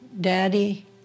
Daddy